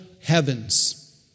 heavens